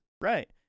right